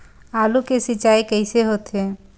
आलू के सिंचाई कइसे होथे?